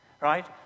right